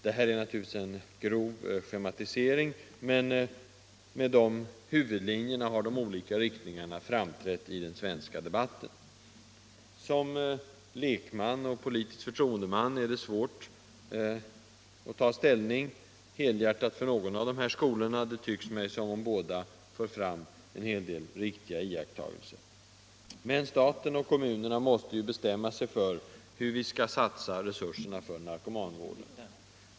Det här är naturligtvis en grov schematisering, men med de huvudlinjerna har de olika inriktningarna framträtt i den svenska debatten. Som lekman och politisk förtroendeman har man svårt att helhjärtat ta ställning för någon av dessa skolor — det förefaller mig som om båda för fram en del riktiga iakttagelser. Men staten och kommunerna måste bestämma sig för hur vi skall satsa resurserna på narkomanvården.